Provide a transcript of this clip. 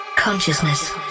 Consciousness